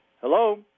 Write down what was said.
Hello